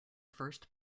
first